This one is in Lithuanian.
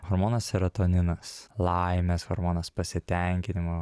hormonas seratoninas laimės hormonas pasitenkinimo